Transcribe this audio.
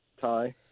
Ty